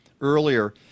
Earlier